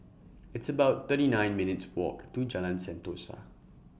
It's about thirty nine minutes' Walk to Jalan Sentosa